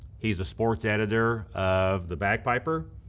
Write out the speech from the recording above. he's a sports editor of the bagpiper.